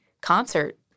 concert